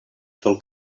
sol